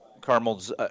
Carmel's